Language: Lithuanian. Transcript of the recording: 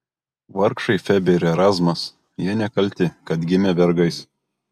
vargšai febė ir erazmas jie nekalti kad gimė vergais